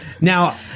Now